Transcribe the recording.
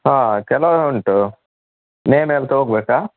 ಹಾಂ ಕೆಲವು ಉಂಟು ನೇಮ್ ಹೇಳ್ತಾ ಹೋಗಬೇಕಾ